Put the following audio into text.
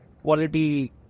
Quality